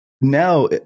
now